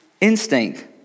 instinct